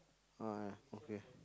ah okay